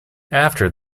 after